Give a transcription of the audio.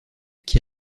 qui